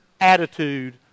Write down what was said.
attitude